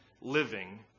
living